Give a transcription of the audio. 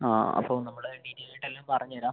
ആ അപ്പോൾ നമ്മൾ ഡീറ്റെയിൽ ആയിട്ട് എല്ലാം പറഞ്ഞുതരാം